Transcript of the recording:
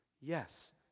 Yes